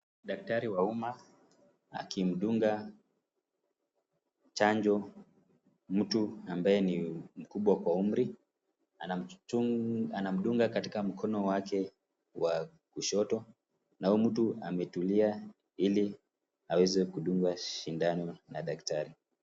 Daktari wa umma akimdunga chanjo mtu ambaye ni mkubwa kwa umri. Anamdunga katika mkono wake wa kushoto, na huyu mtu ametulia ili aweze kudungwa sindano na daktari.